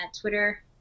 Twitter